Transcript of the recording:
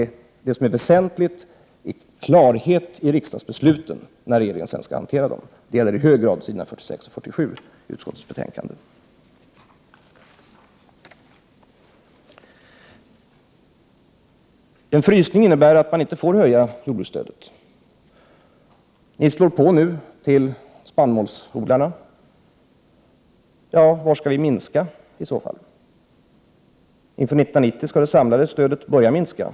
Jag anser att det är väsentligt med klarhet i riksdagsbesluten när regeringen sedan skall hantera dem, och detta gäller i hög grad s. 46 och s. 47 i utskottets betänkande. Frysning innebär att jordbruksstödet inte får höjas. Om vi nu ökar stödet för spannmålsodlarna, var skall vi då i så fall göra minskningar? Inför 1990 skall det samlade stödet börja att minska.